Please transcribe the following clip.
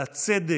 על הצדק,